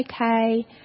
okay